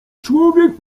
człowiek